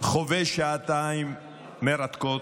חווה שעתיים מרתקות.